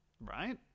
right